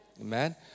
Amen